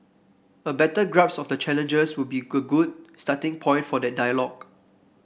a better grasp of the challenges will be good good starting point for that dialogue